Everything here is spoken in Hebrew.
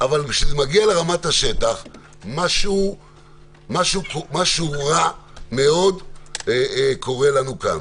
אבל כשזה מגיע לרמת השטח משהו רע מאוד קורה לנו כאן.